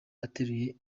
ateruye